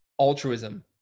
altruism